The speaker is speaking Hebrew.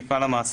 יפעל המעסיק,